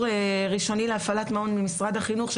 לאישור ראשוני להפעלת מעון ממשרד החינוך,